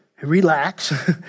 Relax